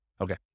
Okay